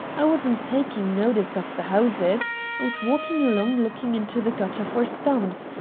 i wasn't taking notice of the houses. i was walking along looking into the gutter for stumps.